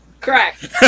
Correct